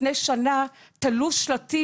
ב-2016 היו מענקים שהזרימו דם חדש למערך